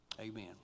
Amen